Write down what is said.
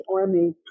army